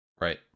Right